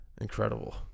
Incredible